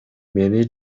мени